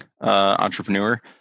entrepreneur